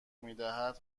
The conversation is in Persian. میدهد